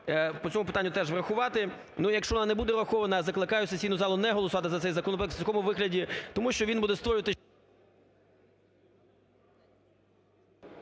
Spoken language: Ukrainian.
по цьому питанню теж врахувати. Ну, якщо вона не буде врахована, закликаю сесійну залу не голосувати за цей законопроект